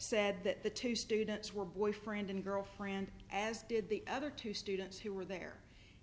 said that the two students were boyfriend and girlfriend as did the other two students who were there